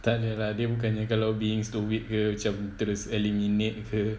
takde lah dia bukannya kalau being stoic ke macam terus eliminate ke